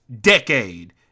decade